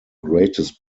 greatest